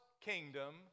kingdom